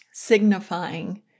signifying